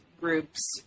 groups